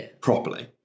Properly